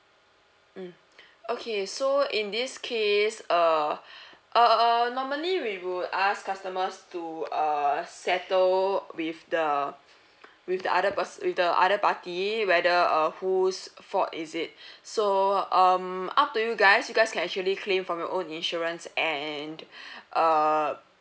mm okay so in this case err err normally we would ask customers to err settle with the with the other person with the other party whether err whose fault is it so um up to you guys you guys can actually claim from your own insurance and err